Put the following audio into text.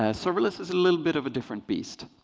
ah serverless is a little bit of a different beast.